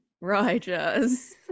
Rajas